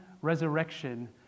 resurrection